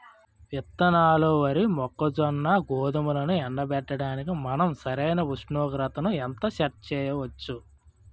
విత్తనాలు వరి, మొక్కజొన్న, గోధుమలు ఎండబెట్టడానికి మనం సరైన ఉష్ణోగ్రతను ఎంత సెట్ చేయవచ్చు?